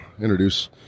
introduce